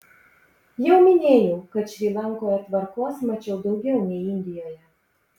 jau minėjau kad šri lankoje tvarkos mačiau daugiau nei indijoje